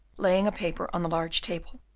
laying a paper on the large table,